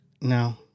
No